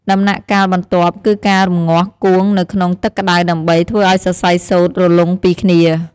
ដំណាក់កាលបន្ទាប់គឺការរំងាស់គួងនៅក្នុងទឹកក្ដៅដើម្បីធ្វើឲ្យសរសៃសូត្ររលុងពីគ្នា។